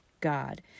God